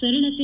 ಸರಳತೆ